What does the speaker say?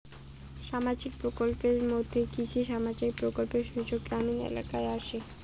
সামাজিক প্রকল্পের মধ্যে কি কি সামাজিক প্রকল্পের সুযোগ গ্রামীণ এলাকায় আসে?